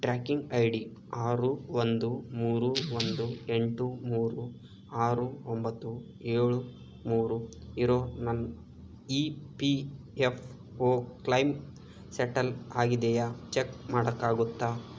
tracking I D ಆರು ಒಂದು ಮೂರು ಒಂದು ಎಂಟು ಮೂರು ಆರು ಒಂಬತ್ತು ಏಳು ಮೂರು ಇರೋ ನನ್ನ E P F O claim settle ಆಗಿದೆಯಾ ಚೆಕ್ ಮಾಡೋಕ್ಕಾಗುತ್ತಾ